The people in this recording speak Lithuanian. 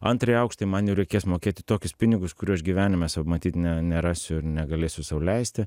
antrąjį aukštąjį man jau reikės mokėti tokius pinigus kurių aš gyvenime sau matyt ne ne nerasiu negalėsiu sau leisti